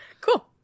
Cool